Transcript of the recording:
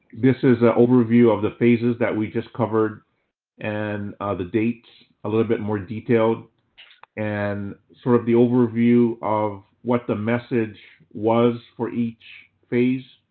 this is ah overview of the phases that we just covered and the dates a little bit more detailed and sort of the overview of what the message was for each phase.